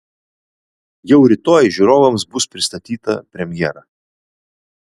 jau rytoj žiūrovams bus pristatyta premjera